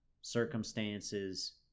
circumstances